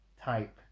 type